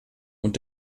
und